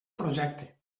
projecte